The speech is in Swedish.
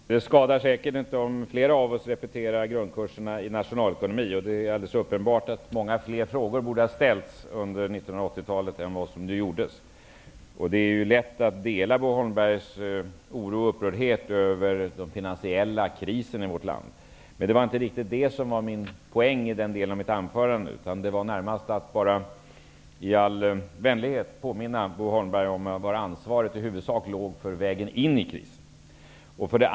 Herr talman! Det skadar säkert inte om flera av oss repeterar grundkurserna i nationalekonomi. Det är alldeles uppenbart att många fler frågor borde ha ställts under 1980-talet än vad som gjordes. Det är lätt att dela Bo Holmbergs oro och upprördhet över den finansiella krisen i vårt land. Men det var inte riktigt poängen i den delen av mitt anförande, utan det var närmast att i all vänlighet påminna Bo Holmberg om var ansvaret i huvudsak låg för vägen in i krisen.